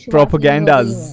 Propaganda's